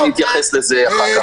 אני אתייחס לזה אחר כך,